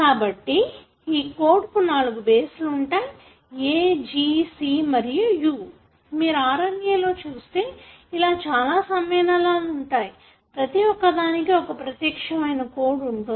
కాబట్టి ఈ కోడ్ కు నాలుగు బేస్లు ఉంటాయి A G C మరియు U మీరు RNA లో చూస్తే ఇలా చాలా సమ్మేళనాలు ఉంటాయి ప్రతి ఒక్క దానికి ఒక ప్రత్యేక్షమైన కోడ్ ఉంటుంది